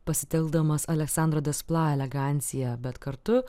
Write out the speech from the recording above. pasitelkdamas aleksandro despla eleganciją bet kartu